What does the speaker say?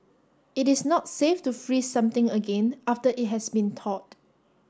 it is not safe to freeze something again after it has been thawed